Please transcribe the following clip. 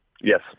Yes